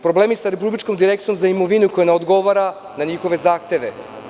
Problemi sa Republičkom direkcijom za imovinu koja ne odgovara na njihove zahtev.